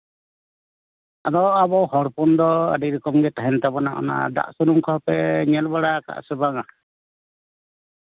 ᱟᱫᱚ ᱟᱵᱚ ᱦᱚᱲ ᱦᱚᱯᱚᱱ ᱫᱚ ᱟᱹᱰᱤ ᱨᱚᱠᱚᱢ ᱜᱮ ᱛᱟᱦᱮᱱ ᱛᱟᱵᱚᱱᱟ ᱟᱫᱚ ᱚᱱᱟ ᱫᱟᱜ ᱥᱩᱱᱩᱢ ᱠᱚᱦᱚᱯᱮ ᱧᱮᱞ ᱵᱟᱲᱟ ᱦᱚᱪᱚ ᱠᱟᱫᱟ ᱥᱮ ᱵᱟᱝᱼᱟ